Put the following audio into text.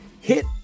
hit